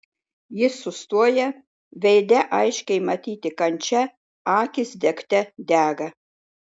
jis sustoja veide aiškiai matyti kančia akys degte dega